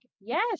yes